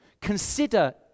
Consider